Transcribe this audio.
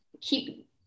keep